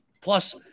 Plus